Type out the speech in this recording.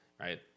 right